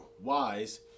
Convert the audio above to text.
wise